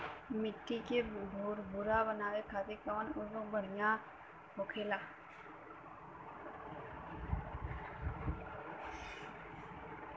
मिट्टी के भूरभूरा बनावे खातिर कवन उर्वरक भड़िया होखेला?